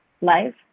live